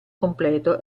completo